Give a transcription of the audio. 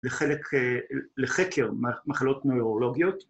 לחקר מחלות נוירולוגיות